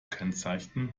kennzeichnen